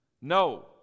No